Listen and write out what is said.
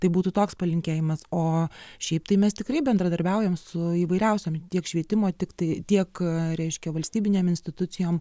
tai būtų toks palinkėjimas o šiaip tai mes tikrai bendradarbiaujam su įvairiausiom tiek švietimo tiktai tiek reiškia valstybinėm institucijom